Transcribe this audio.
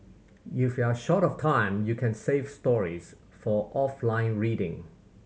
if you are short of time you can save stories for offline reading